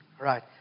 Right